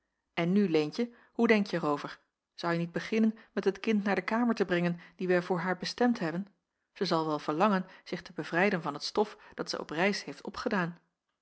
en nu leentje hoe denkje er over zouje niet beginnen met het kind naar de kamer te brengen die wij voor haar bestemd hebben zij zal wel verlangen zich te bevrijden van het stof dat zij op reis heeft opgedaan